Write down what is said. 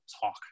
talk